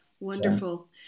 Wonderful